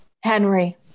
Henry